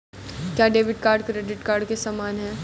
क्या debit card credit card के समान है?